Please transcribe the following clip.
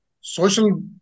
social